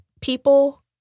people